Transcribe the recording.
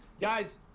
Guys